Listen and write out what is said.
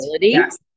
Yes